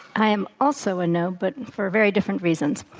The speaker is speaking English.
i am also a no, but for very different reasons.